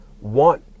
want